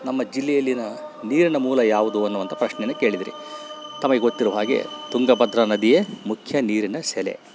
ನಮ್ಮ ಜಿಲ್ಲೆಯಲ್ಲಿಯ ನೀರಿನ ಮೂಲ ಯಾವುದು ಅನ್ನುವಂಥ ಪ್ರಶ್ನೆನ ಕೇಳಿದಿರಿ ತಮಗೆ ಗೊತ್ತಿರೊ ಹಾಗೆ ತುಂಗಭದ್ರ ನದಿಯೇ ಮುಖ್ಯ ನೀರಿನ ಸೆಲೆ